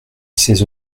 ses